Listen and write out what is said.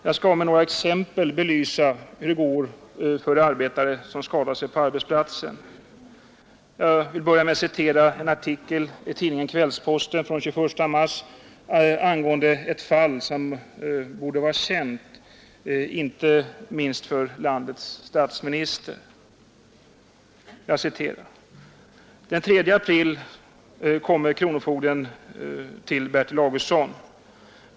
Jag skall med några exempel belysa hur det går för arbetare som skadat sig på arbetsplatsen. Jag citerar en artikel i tidningen Kvällsposten från den 21 mars angående ett fall som borde vara känt, inte minst för landets statsminister: ”Den tredje april kommer kronofogden till Bertil Augustsson.